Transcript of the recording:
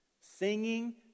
Singing